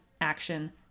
action